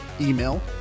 email